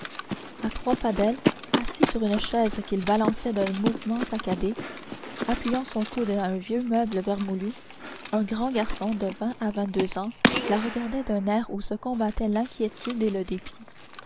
à trois pas d'elle assis sur une chaise qu'il balançait d'un mouvement saccadé appuyant son coude à un vieux meuble vermoulu un grand garçon de vingt à vingt-deux ans la regardait d'un air où se combattaient l'inquiétude et le dépit